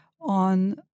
on